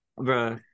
Bro